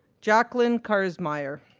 jacqueline karsemeyer,